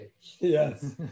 Yes